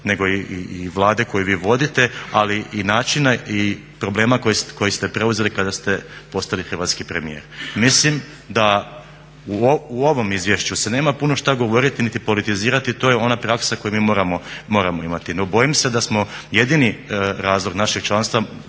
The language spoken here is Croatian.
nego i, i Vlade koju vi voditi, ali i načina i problema koje ste preuzeli kada ste postali hrvatski premijer. Mislim da u ovom izvješću se nema puno šta govoriti niti politizirati, to je ona praksa koju mi moramo imati. No bojim se da smo jedini razlog našeg članstva